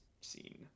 scene